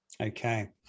Okay